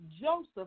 Joseph